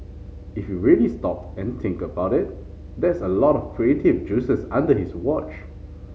if you really stop and think about it that's a lot of creative juices under his watch